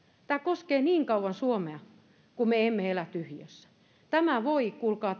tämä koskee suomea niin kauan kuin me emme elä tyhjiössä tämä ruutitynnyri voi kuulkaa